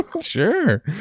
Sure